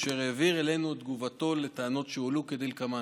והוא העביר אלינו את תגובתו על הטענות שהועלו כדלקמן,